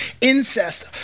incest